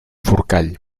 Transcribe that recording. forcall